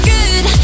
Good